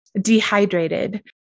dehydrated